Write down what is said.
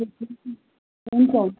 हुन्छ हुन्छ